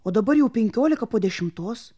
o dabar jau penkiolika po dešimtos